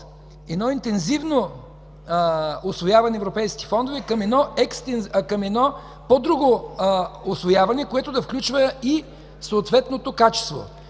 от интензивно усвояване на европейските фондове, към по-друго усвояване, което да включва и съответното качество.